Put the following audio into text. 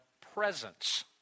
presence